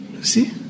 see